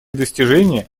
достижения